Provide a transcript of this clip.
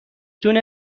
دونه